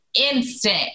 instant